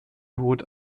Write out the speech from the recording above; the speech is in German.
tod